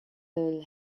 lull